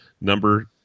number